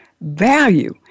value